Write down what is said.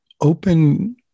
open